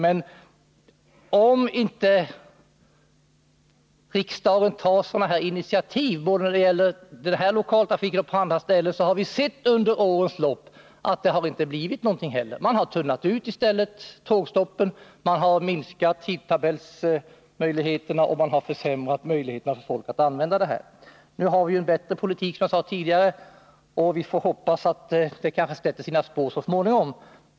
Men om inte riksdagen tar initiativ när det gäller lokaltrafik, så vet vi av erfarenhet under åren att det inte blir någonting av. Man har i stället tunnat ut trafiken och därigenom försämrat möjligheterna. Nu har vi visserligen en bättre politik, som jag sade tidigare, och vi får hoppas att det sätter sina spår så småningom.